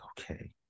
okay